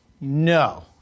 No